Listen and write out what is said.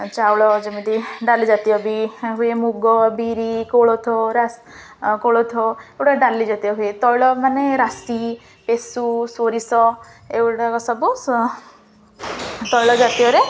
ଚାଉଳ ଯେମିତି ଡାଲି ଜାତୀୟ ବି ହୁଏ ମୁଗ ବିରି କୋଳଥ କୋଳଥ ଏଗୁଡ଼ାକ ଡାଲି ଜାତୀୟ ହୁଏ ତୈଳ ମାନେ ରାଶି ପେଷୁ ସୋରିଷ ଏଗୁଡ଼ାକ ସବୁ ତୈଳ ଜାତୀୟରେ